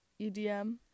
EDM